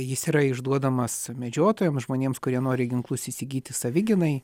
jis yra išduodamas medžiotojam žmonėms kurie nori ginklus įsigyti savigynai